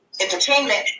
entertainment